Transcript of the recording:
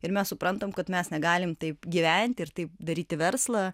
ir mes suprantam kad mes negalim taip gyventi ir taip daryti verslą